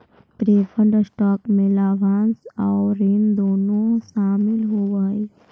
preferred stock में लाभांश आउ ऋण दोनों ही शामिल होवऽ हई